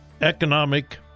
Economic